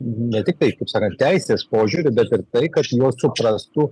ne tiktai kaip sakant teisės požiūriu bet ir tai kad juos suprastų